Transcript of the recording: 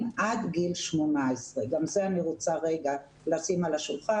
עד גיל 18. גם את זה אני רוצה רגע לשים על השולחן,